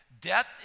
Death